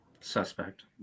suspect